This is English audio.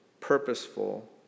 purposeful